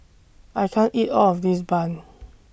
I can't eat All of This Bun